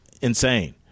insane